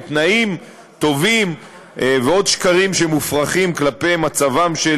תנאים טובים ועוד שקרים מופרכים כלפי מצבם של